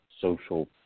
social